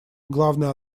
главная